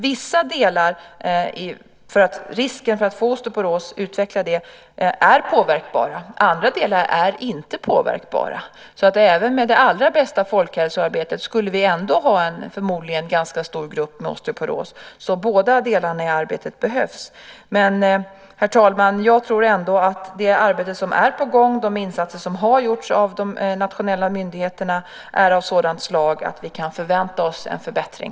Vissa delar i risken att utveckla osteoporos är påverkbara och andra delar är det inte, så även med det allra bästa folkhälsoarbetet skulle vi ändå ha en förmodligen ganska stor grupp med osteoporos. Båda delarna i arbetet behövs. Jag tror ändå, herr talman, att det arbete som är på gång och de insatser som har gjorts av de nationella myndigheterna är av sådant slag att vi kan förvänta oss en förbättring.